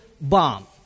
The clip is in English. bomb